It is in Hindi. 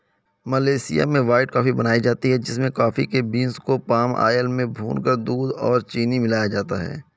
मलेशिया में व्हाइट कॉफी बनाई जाती है जिसमें कॉफी बींस को पाम आयल में भूनकर दूध और चीनी मिलाया जाता है